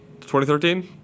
2013